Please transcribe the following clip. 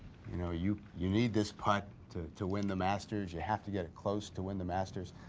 you know, you. you need this putt to. to win the masters, you have to get close to win the masters.